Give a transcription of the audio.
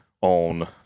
on –